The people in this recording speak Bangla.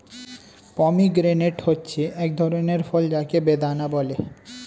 পমিগ্রেনেট হচ্ছে এক ধরনের ফল যাকে বেদানা বলে